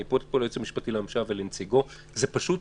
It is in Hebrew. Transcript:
אני פונה פה ליועץ המשפטי לממשלה ולנציגו, זה פשוט